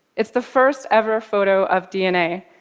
it's the first-ever photo of dna,